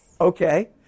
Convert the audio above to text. Okay